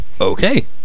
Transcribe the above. Okay